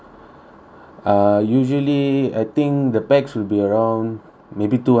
uh usually I think the pax will be around maybe two hundred